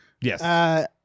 Yes